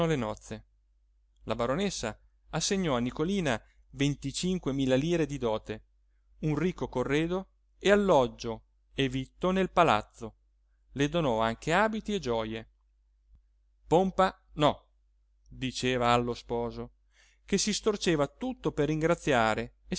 le nozze la baronessa assegnò a nicolina venticinque mila lire di dote un ricco corredo e alloggio e vitto nel palazzo le donò anche abiti e gioje pompa no diceva allo sposo che si storceva tutto per ringraziare